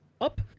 up